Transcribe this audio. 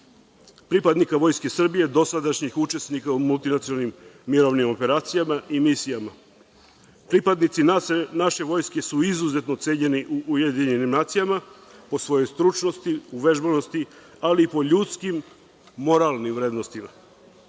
pripadnika Vojske Srbije, dosadašnjih učesnika u multinacionalnim mirovnim operacijama i misijama. Pripadnici naše vojske su izuzetno cenjeni UN po svojoj stručnosti, uvežbanosti, ali i po ljudskim, moralnim vrednostima.